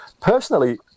Personally